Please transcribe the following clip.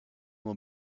will